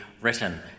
written